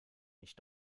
mich